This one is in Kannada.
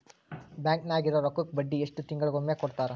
ಬ್ಯಾಂಕ್ ನಾಗಿರೋ ರೊಕ್ಕಕ್ಕ ಬಡ್ಡಿ ಎಷ್ಟು ತಿಂಗಳಿಗೊಮ್ಮೆ ಕೊಡ್ತಾರ?